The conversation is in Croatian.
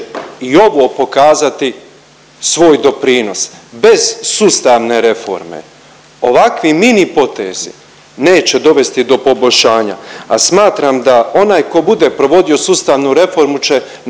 i ovo pokazati svoj doprinos. Bez sustavne reforme ovakvi mini potezi neće dovesti do poboljšanja, a smatram da onaj ko bude provodio sustavnu reformu će